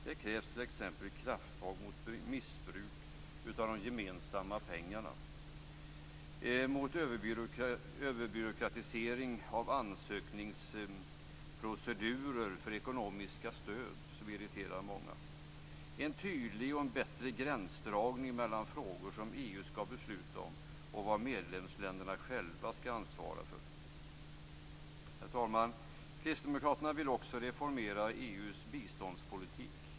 Det krävs t.ex. · mot överbyråkratisering av ansökningsprocedurer för ekonomiska stöd, som irriterar många · för en tydligare och bättre gränsdragning mellan frågor som EU skall besluta om och vad medlemsländerna själva skall ansvara för. Herr talman! Kristdemokraterna vill också reformera EU:s biståndspolitik.